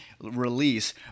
release